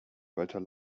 walter